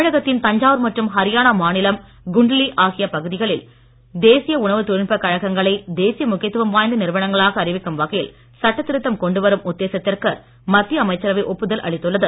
தமிழகத்தின் தஞ்சாவூர் மற்றும் ஹரியானா மாநிலம் குண்ட்லீ ஆகிய இடங்களில் உள்ள தேசிய உணவுத் தொழில்நுட்பக் கழகங்களை தேசிய முக்கியத்துவம் வாய்ந்த நிறுவனங்களாக அறிவிக்கும் வகையில் சட்ட திருத்தம் கொண்டு வரும் உத்தேசத்திற்கு மத்திய அமைச்சரவை ஒப்புதல் அளித்துள்ளது